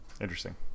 Interesting